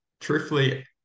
truthfully